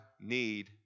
need